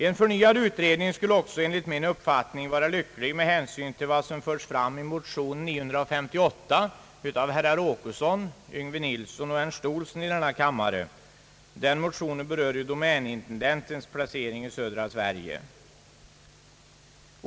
En sådan skulle även enligt min uppfattning vara lycklig med hänsyn till vad som föres fram i motion nr 958 i denna kammare av herrar Åkesson, Yngve Nilsson och Ernst Olsson. Den motionen berör domänintendentens placering i södra Sverige.